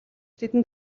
тэдэнд